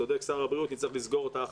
נצטרך לסגור אותה.